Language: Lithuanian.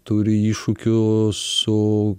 turi iššūkių su